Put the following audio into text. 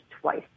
twice